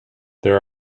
there